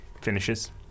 finishes